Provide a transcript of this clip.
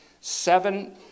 seven